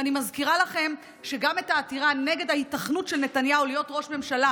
ואני מזכירה לכם שגם בעתירה נגד ההיתכנות שנתניהו יהיה ראש ממשלה,